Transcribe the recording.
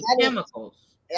chemicals